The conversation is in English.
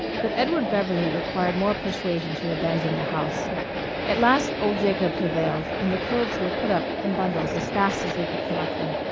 but edward beverley required more persuasion to abandon the house at last, old jacob prevailed, and the clothes were put up in bundles as fast as they could collect them.